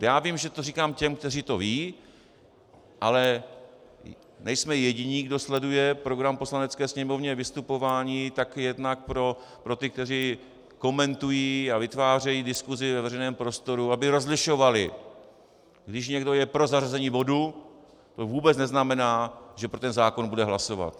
Já vím, že to říkám těm, kteří to vědí, ale nejsme jediní, kdo sleduje program v Poslanecké sněmovně, vystupování, tak jednak pro ty, kteří komentují a vytvářejí diskusi ve veřejném prostoru, aby rozlišovali, když někdo je pro zařazení bodu, tak to vůbec neznamená, že pro ten zákon bude hlasovat.